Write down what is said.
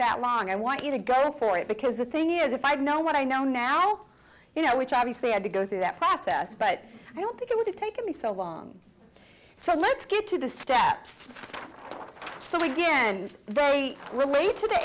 that long i want you to go for it because the thing is if i'd known what i know now you know which obviously had to go through that process but i don't think it would have taken me so long so let's get to the steps so again they relate to the